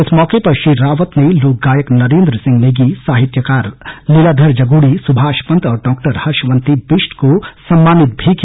इस मौके पर श्री रावत ने लोक गायक नरेन्द्र सिंह नेगी साहित्यकार लीलाधर जगूड़ी सुभाष पन्त और डॉ हर्षवन्ती बिष्ट को सम्मानित भी किया